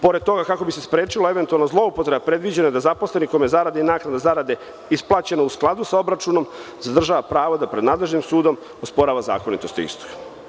Pored toga kako bi se sprečila eventualna zloupotreba predviđeno je da zaposleni kome zarada i naknada zarade isplaćena u skladu sa obračunom zadržava pravo da pred nadležnim sudom osporava zakonitost te iste.